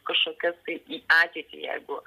kažkokias tai į ateitį jeigu